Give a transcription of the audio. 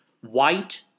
white